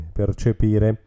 percepire